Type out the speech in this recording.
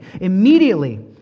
immediately